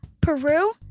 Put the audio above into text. Peru